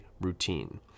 routine